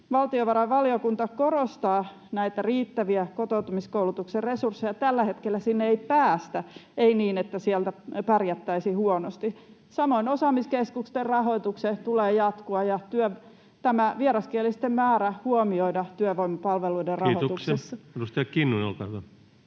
Valtiovarainvaliokunta korostaa näitä riittäviä kotoutumiskoulutuksen resursseja. Tällä hetkellä sinne ei päästä — ei siis niin, että siellä pärjättäisiin huonosti. Samoin osaamiskeskusten rahoituksen tulee jatkua ja tämä vieraskielisten määrä huomioida työvoimapalveluiden rahoituksessa. [Speech 92] Speaker: